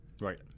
right